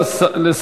אני אמרתי מה דעתי.